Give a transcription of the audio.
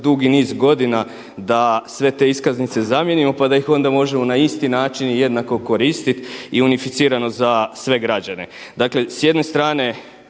dugi niz godina da sve te iskaznice zamijenimo pa da ih onda možemo na isti način jednako koristiti i unificirano za sve građane. Dakle s jedne strane